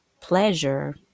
pleasure